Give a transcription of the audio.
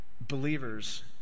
believers